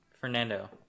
Fernando